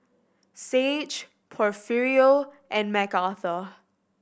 Saige Porfirio and Mcarthur